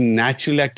natural